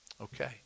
Okay